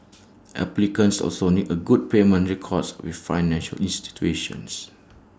applicants also need A good payment records with financial institutions